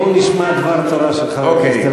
בואו נשמע דבר תורה של חבר הכנסת אלעזר שטרן.